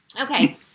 Okay